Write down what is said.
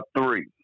Three